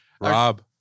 Rob